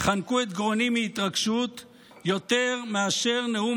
חנקו את גרוני מהתרגשות יותר מאשר נאום